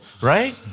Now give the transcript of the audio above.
Right